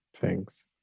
Thanks